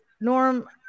Norm